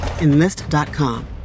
Enlist.com